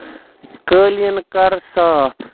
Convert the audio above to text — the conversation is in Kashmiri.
قٲلیٖن کَر صاف